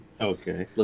Okay